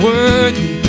Worthy